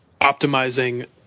optimizing